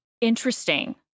Interesting